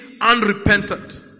unrepentant